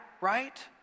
right